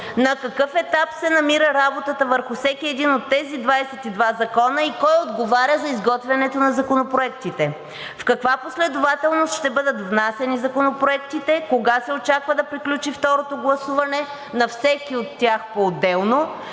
на какъв етап се намира работата върху всеки един от тези 22 закона и кой отговаря за изготвянето на законопроектите; в каква последователност ще бъдат внасяни законопроектите; кога се очаква да приключи второто гласуване на всеки от тях поотделно;